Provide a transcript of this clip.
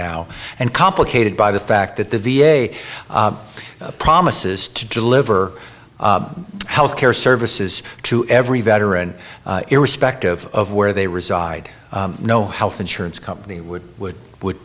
now and complicated by the fact that the v a promises to deliver health care services to every veteran irrespective of where they reside no health insurance company would would would